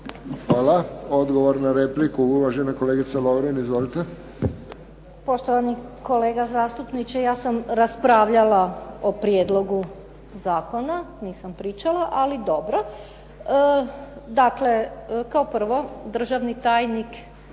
Hvala. Odgovor na repliku, uvažena kolegica Lovrin. Izvolite. **Lovrin, Ana (HDZ)** Poštovani kolega zastupniče, ja sam raspravljala o prijedlogu zakona, nisam pričala, ali dobro. Dakle, kao prvo, državni tajnik